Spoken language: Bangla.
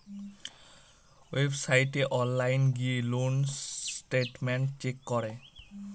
ওয়েবসাইটে অনলাইন গিয়ে লোন স্টেটমেন্ট চেক করে